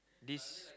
this